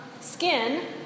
skin